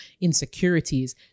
insecurities